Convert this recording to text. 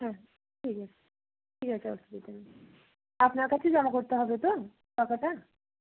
হ্যাঁ ঠিক আছে ঠিক আছে অসুবিধা নেই আপনার কাছেই জমা করতে হবে তো টাকাটা